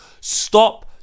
stop